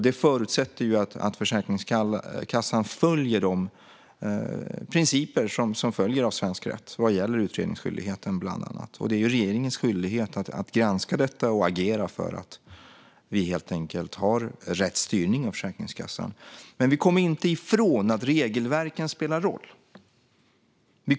Det förutsätter att Försäkringskassan följer de principer som följer av svensk rätt vad gäller bland annat utredningsskyldigheten. Det är regeringens skyldighet att granska detta och agera, så att vi har rätt styrning av Försäkringskassan. Men vi kommer inte ifrån att regelverken spelar roll.